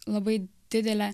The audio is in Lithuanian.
labai didelė